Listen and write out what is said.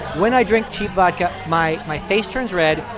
when i drink cheap vodka, my my face turns red.